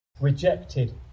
rejected